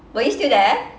were you still there